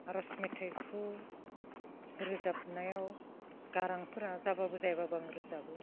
आर'ज मेथाइखौ रोजाबनायाव गारांफोरा जाब्लाबो जायाब्लाबो आं रोजाबो